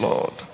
Lord